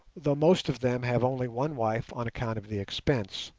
though most of them have only one wife on account of the expense.